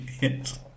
Yes